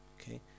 Okay